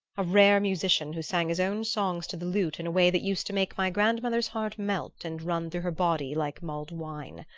a rare musician, who sang his own songs to the lute in a way that used to make my grandmother's heart melt and run through her body like mulled wine.